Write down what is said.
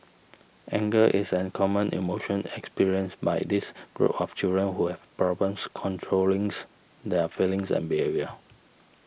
anger is a common emotion experienced by this group of children who have problems controlling their feelings and behaviour